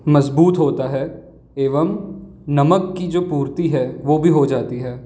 मज़बूत होता है एवं नमक की जो पूर्ति है वह भी हो जाती है